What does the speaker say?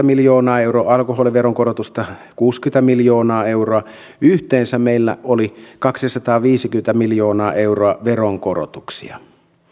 miljoonaa euroa alkoholiveron korotusta kuusikymmentä miljoonaa euroa yhteensä meillä oli kaksisataaviisikymmentä miljoonaa euroa veronkorotuksia